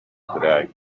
today